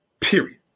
Period